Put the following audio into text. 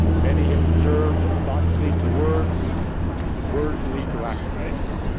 many have observed that thoughts lead to words and words lead to actions,